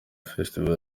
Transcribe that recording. festival